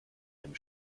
dem